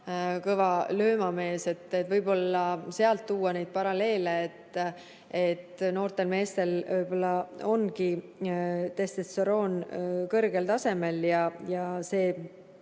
kõva löömamees. Võib-olla saab tuua nüüd paralleeli, et noortel meestel ongi testosteroon kõrgel tasemel ja see